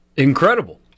Incredible